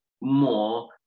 more